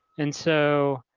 and so,